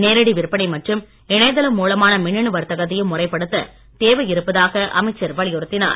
நேரடி விற்பனை மற்றும் இணையதளம் மூலமான மின்னனு வர்த்தகத்தையும் முறைப்படுத்த தேவையிருப்பதாக அமைச்சர் வலியுறுத்தினார்